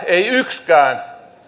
yksikään